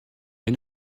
est